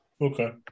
Okay